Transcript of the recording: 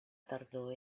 tardor